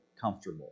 comfortable